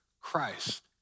Christ